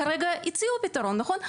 כרגע הציעו פיתרון, נכון?